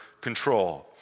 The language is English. control